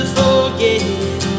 forget